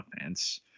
offense